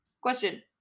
Question